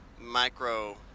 micro